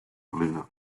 lunar